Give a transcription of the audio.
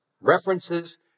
references